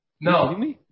No